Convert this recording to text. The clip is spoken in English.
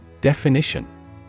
Definition